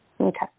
Okay